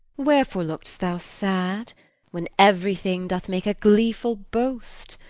wherefore look'st thou sad when everything does make a gleeful boast?